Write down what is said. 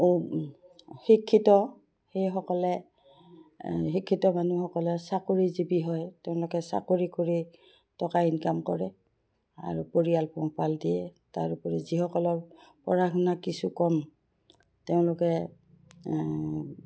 শিক্ষিত সেইসকলে শিক্ষিত মানুহসকলে চাকৰিজীৱি হয় তেওঁলোকে চাকৰি কৰি টকা ইনকাম কৰে আৰু পৰিয়াল পোহপাল দিয়ে তাৰ উপৰি যিসকলৰ পঢ়া শুনা কিছু কম তেওঁলোকে